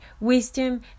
wisdom